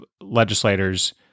legislators